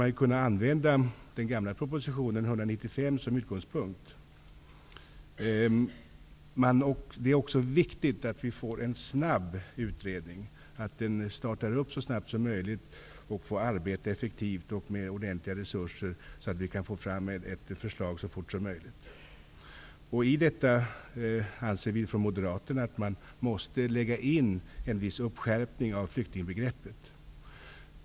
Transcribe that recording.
Man borde kunna använda den gamla propositionen, nr 195, som utgångspunkt. Det är också viktigt att vi snabbt får en utredning som kan arbetar effektivt med tillräckliga resurser så att vi får ett förslag så fort som möjligt. Från moderaterna anser vi att man måste göra en viss skärpning av flyktingbegreppet.